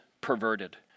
perverted